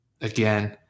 again